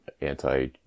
anti